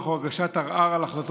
לא שומעים שם כלום, פשוט